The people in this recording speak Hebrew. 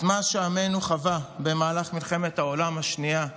את מה שעמנו חווה במהלך מלחמת העולם השנייה,